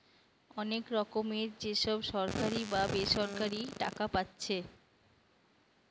অনেক রকমের যে সব সরকারি বা বেসরকারি টাকা পাচ্ছে